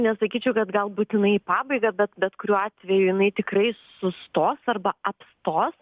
nesakyčiau kad gal būtinai į pabaigą bet bet kuriuo atveju jinai tikrai sustos arba apstos